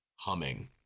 humming